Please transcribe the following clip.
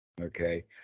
Okay